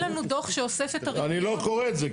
אין לנו דוח שאוסף את הריביות --- אני לא קורא את זה,